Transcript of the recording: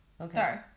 Okay